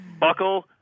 Buckle